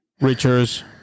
richers